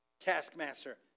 taskmaster